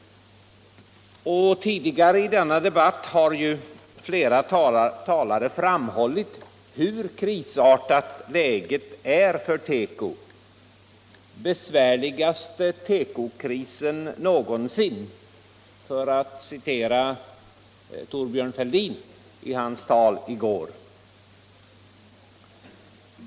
Tidigare i denna debatt har flera talare framhållit hur krisartat läget är för teko — ”den allvarligaste krisen någonsin”. för att citera Thorbjörn Fälldin från hans tal i går.